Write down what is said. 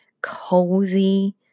cozy